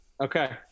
Okay